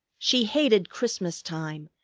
she hated christmas time,